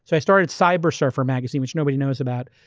so i started cybersurfer magazine, which nobody knows about,